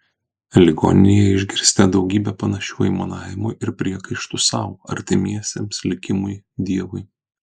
ligoninėje išgirsite daugybę panašių aimanavimų ir priekaištų sau artimiesiems likimui dievui